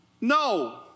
No